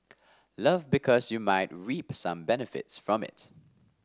love because you might reap some benefits from it